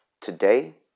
today